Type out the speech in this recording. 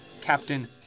Captain